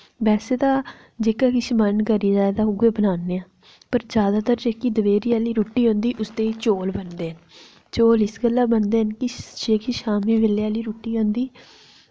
वैसे तां जेह्का किश मन करै तां ते उ'ऐ बनान्ने आं पर जैदातर जेह्की दपैह्री आह्ली रुट्टी होंदी उसदे चौल बनदे गल्ला बनदे न कि जेह्की शाम्मी बेल्लै आह्ली रुट्टी होंदी